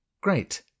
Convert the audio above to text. great